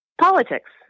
politics